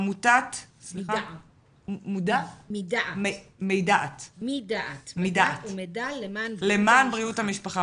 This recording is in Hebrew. עמותת "מדעת", מידע למען בריאות המשפחה.